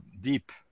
deep